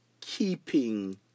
keeping